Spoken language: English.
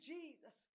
Jesus